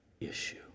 issue